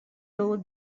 though